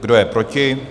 Kdo je proti?